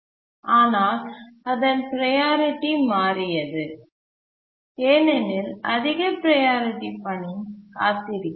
ஆனால் அதன் ப்ரையாரிட்டி மாறியது ஏனெனில் அதிக ப்ரையாரிட்டி பணி காத்திருக்கிறது